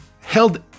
held